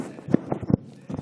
תודה רבה,